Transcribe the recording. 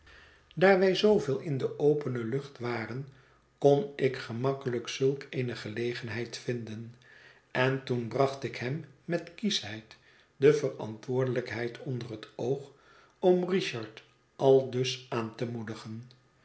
wij zooveel in de opena lucht waren kon ik gemakkelijk zulk eene gefegenheid vinden en toen bracht ik hem met kieschheid de verantwoordelijkheid onder het oog om richard aldus aan te moedigen